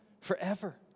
forever